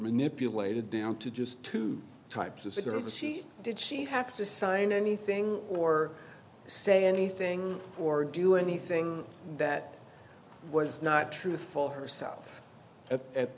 manipulated down to just two types of cigarettes she did she have to sign anything or say anything or do anything that was not truthful herself at